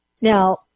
Now